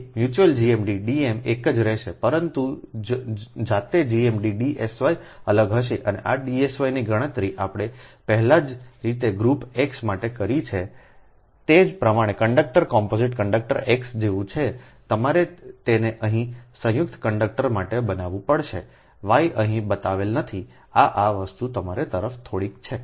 તેથી mutual GMD D m એક જ રહેશે પરંતુ જાતે GMD D SY અલગ હશે આ D SY ની ગણતરી આપણે પહેલાં જે રીતે ગ્રુપ X માટે કરી છે તે પ્રમાણે કંડક્ટર કમ્પોઝિટ કંડક્ટર X જેવું જ છે તમારે તેને અહીં સંયુક્ત કંડક્ટર માટે બનાવવું પડશે Y અહીં બતાવેલ નથી આ આ વસ્તુ તમારા તરફ થોડીક છે